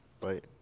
right